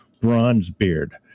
Bronzebeard